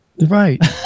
Right